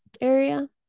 area